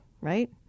right